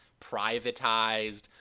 privatized